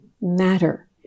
matter